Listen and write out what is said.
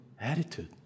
attitude